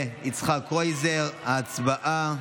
ויצחק קרויזר, הצבעה.